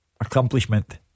Accomplishment